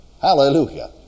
Hallelujah